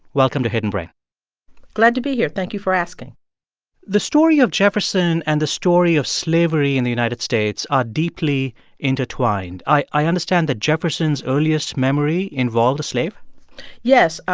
welcome to hidden brain glad to be here. thank you for asking the story of jefferson and the story of slavery in the united states are deeply intertwined. i i understand that jefferson's earliest memory involved a slave yes.